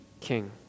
King